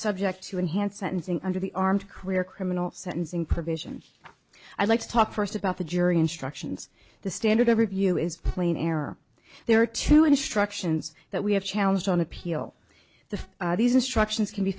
subject to enhanced sentencing under the armed career criminal sentencing provision i'd like to talk first about the jury instructions the standard of review is plain error there are two instructions that we have challenged on appeal the these instructions can be